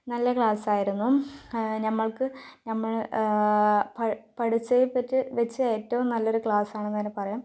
നല്ല ക്ലാസ്സായിരുന്നു നമ്മുക്ക് നമ്മള് പ പഠിച്ചതിനെ പറ്റി വെച്ച ഏറ്റവും നല്ലൊരു ക്ലാസ്സാണ് എന്ന് തന്നെ പറയാം